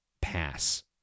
pass